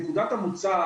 נקודת המוצא,